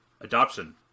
adoption